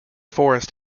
forest